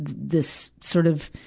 this, sort of,